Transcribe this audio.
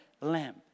lamb